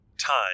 time